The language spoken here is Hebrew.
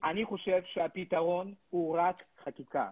אני חושב שהפתרון הוא רק חקיקה.